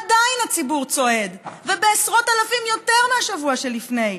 עדיין הציבור צועד ובעשרות אלפים יותר מהשבוע שלפני.